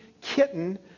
kitten